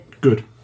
good